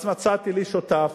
אז מצאתי לי שותף,